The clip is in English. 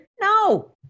No